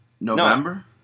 November